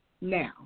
Now